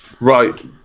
right